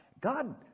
God